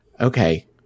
okay